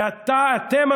ואתם,